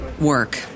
work